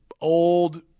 old